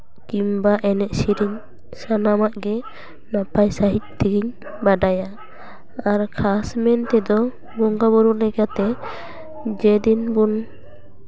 ᱠᱤᱢᱵᱟ ᱮᱱᱮᱡᱼᱥᱮᱨᱮᱧ ᱥᱟᱱᱟᱢᱟᱜ ᱜᱮ ᱱᱟᱯᱟᱭ ᱥᱟᱺᱦᱤᱡ ᱛᱮᱜᱮᱧ ᱵᱟᱰᱟᱭᱟ ᱟᱨ ᱠᱷᱟᱥ ᱢᱮᱱ ᱛᱮᱫᱚ ᱵᱚᱸᱜᱟᱼᱵᱩᱨᱩ ᱞᱮᱠᱟᱛᱮ ᱡᱮᱫᱤᱱ ᱵᱚᱱ